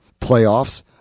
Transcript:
Playoffs